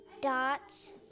dots